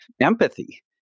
empathy